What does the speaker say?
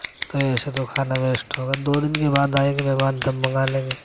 تو ایسے تو کھانا ویسٹ ہوگا دو دِن کے بعد آئیں گے مہمان تب منگا لیں گے